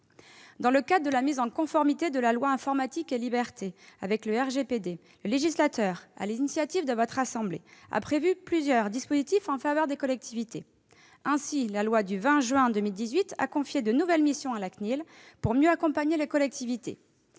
Dans le cadre de la mise en conformité de la loi informatique et libertés avec le RGPD et sur l'initiative de la Haute Assemblée, le législateur a prévu plusieurs dispositions en faveur des collectivités. Ainsi, la loi du 20 juin 2018 a confié de nouvelles missions à la CNIL pour mieux accompagner les collectivités.